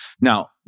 Now